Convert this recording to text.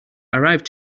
arrived